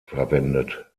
verwendet